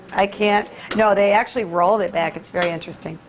i can't no. they actually rolled it back. it's very interesting.